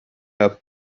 helped